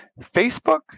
Facebook